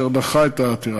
אשר דחה את העתירה.